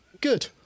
Good